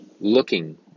looking